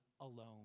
alone